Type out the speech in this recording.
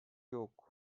yok